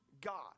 God